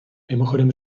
mimochodem